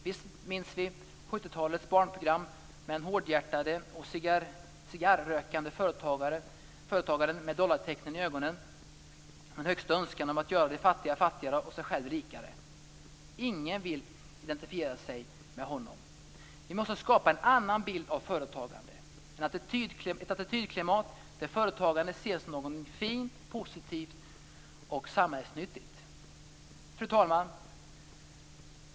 Visst minns vi 70-talets barnprogram med den hårdhjärtade och cigarrökande företagaren med dollartecken i ögonen, med en högsta önskan om att göra de fattiga fattigare och sig själv rikare. Ingen vill identifiera sig med honom. Vi måste skapa en annan bild av företagandet - ett attitydklimat där företagande ses som någonting fint, positivt och samhällsnyttigt. Fru talman!